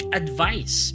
advice